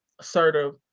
assertive